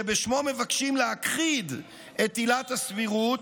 שבשמו מבקשים להכחיד את עילת הסבירות,